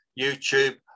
YouTube